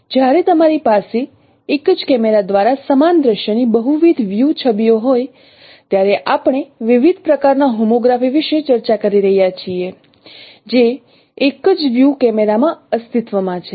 જ્યારે તમારી પાસે એક જ કેમેરા દ્વારા સમાન દ્રશ્યની બહુવિધ વ્યૂ છબીઓ હોય ત્યારે આપણે વિવિધ પ્રકારના હોમોગ્રાફી વિશે ચર્ચા કરી રહ્યા છીએ જે એક જ વ્યૂ કેમેરા માં અસ્તિત્વ માં છે